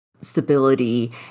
stability